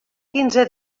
quinze